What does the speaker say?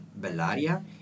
Bellaria